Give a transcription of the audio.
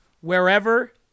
wherever